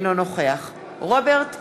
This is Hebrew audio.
אינו נוכח רוברט אילטוב,